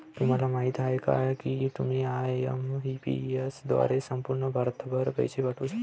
तुम्हाला माहिती आहे का की तुम्ही आय.एम.पी.एस द्वारे संपूर्ण भारतभर पैसे पाठवू शकता